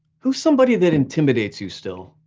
who's somebody that intimidates you still?